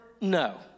No